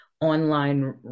online